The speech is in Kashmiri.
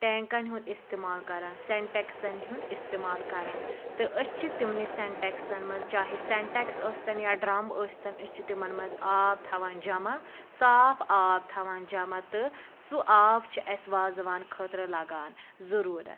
ٹینٛکَن ہُنٛد استعمال کَران سیٚنٹیٚکسَن ہُنٛد استعمال کَران تہٕ أسۍ چھِ تِمنٕے سیٚنٹیٚکسَن منٛز چاہے سیٚنٹیٚکٕس ٲسۍ تن یا ڈرٛم ٲسۍ تن أسۍ چھِ تِمن منٛز آب تھاوان جمع صاف آب تھاوان جمع تہٕ سُہ آب چھُ اسہِ وازٕوان خٲطرٕ لگان ضروٗرت